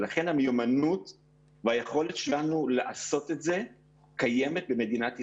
ולכן המיומנות והיכולת שלנו לעשות את זה קיימת במדינת ישראל.